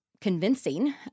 convincing